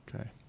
Okay